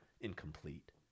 incomplete